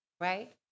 right